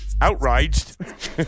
Outraged